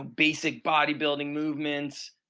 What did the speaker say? ah basic bodybuilding movements,